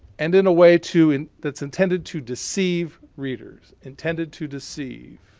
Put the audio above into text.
and in a way to and that's intended to deceive readers, intended to deceive.